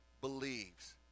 believes